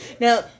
now